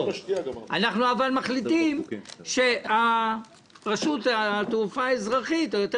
אבל אנחנו מחליטים שרשות התעופה האזרחית או יותר